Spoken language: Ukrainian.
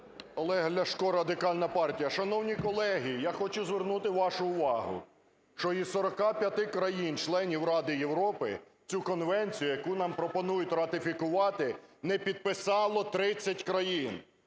Олег Ляшко, Радикальна партія. Шановні колеги, я хочу звернути вашу увагу, що із 45 країн-членів Ради Європи цю конвенцію, яку нам пропонують ратифікувати, не підписало 30 країн.